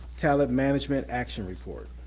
talent management action report.